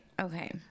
okay